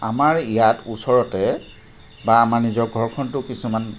আমাৰ ইয়াত ওচৰতে বা আমাৰ নিজৰ ঘৰখনতো কিছুমান